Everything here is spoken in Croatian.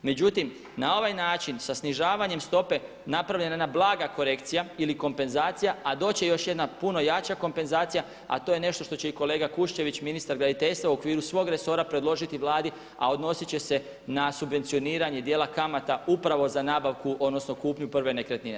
Međutim, za ovaj način sa snižavanjem stope napravljena je jedna blaga korekcija ili kompenzacija a doći će još jedna puno jača kompenzacija a to je nešto što će i kolega Kuščević ministar graditeljstva u okviru svog resora predložiti Vladi a odnosit će se na subvencioniranje djela kamata upravo za nabavku odnosno kupnju prve nekretnine.